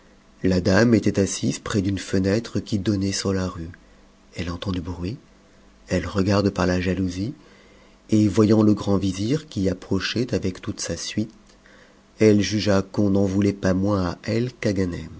la dame était assise près d'une fenêtre qui donnait sur la rue elle entend du bruit elle regarde par la jalousie et voyant le grand vizir qui approchait avec toute sa suite elle jugea qu'on n'en voulait pas moins à elle